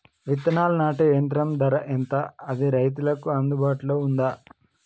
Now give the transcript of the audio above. విత్తనాలు నాటే యంత్రం ధర ఎంత అది రైతులకు అందుబాటులో ఉందా?